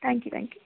thank you thank you